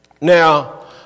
Now